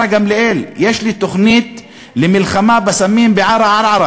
גמליאל: יש לי תוכנית למלחמה בסמים בערערה,